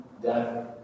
Death